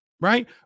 right